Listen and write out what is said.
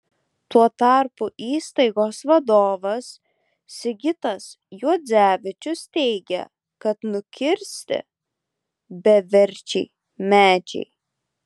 tuo tarpu įstaigos vadovas sigitas juodzevičius teigia kad nukirsti beverčiai medžiai